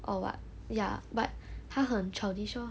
or what ya but 他很 childish lor